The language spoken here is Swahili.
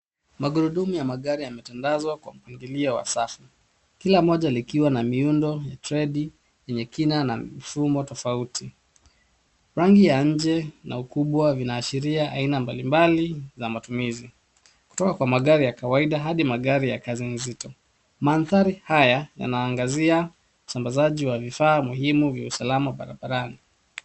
Magurudumu ya magari yametandazwa kwa muingilio wa safu, kila moja likiwa na miundo ya tredi yenye kina na mifumo tofauti. Rangi ya nje na ukubwa vinaashiria aina mbalimbali za matumizi, kutoka kwa magari ya kawaida hadi magari ya kazi nzito. Mandhari haya yanaangazia usambazaji wa vifaa muhimu vya usalama barabarani.